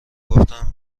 گفتم